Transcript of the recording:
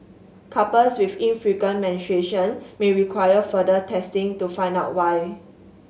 couples with infrequent menstruation may require further testing to find out why